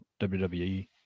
WWE